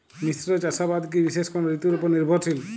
মিশ্র চাষাবাদ কি বিশেষ কোনো ঋতুর ওপর নির্ভরশীল?